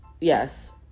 yes